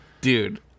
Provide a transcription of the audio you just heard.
Dude